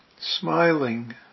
Smiling